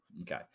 okay